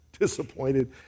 disappointed